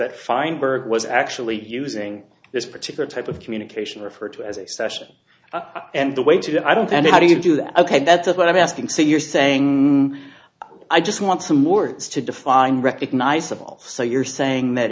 that feinberg was actually using this particular type of communication referred to as a session and the way to do it i don't and how do you do that ok that's what i'm asking so you're saying i just want some words to define recognizable so you're saying that